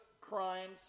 crimes